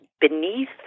beneath